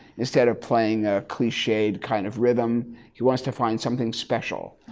instead of playing a cliched kind of rhythm he wants to find something special.